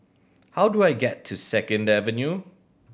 how do I get to Second Avenue